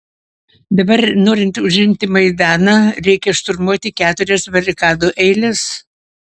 dabar norint užimti maidaną reikia šturmuoti keturias barikadų eiles